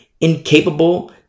incapable